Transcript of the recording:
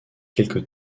quelque